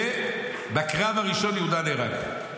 בקרב הראשון יהודה נהרג.